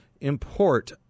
import